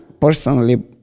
personally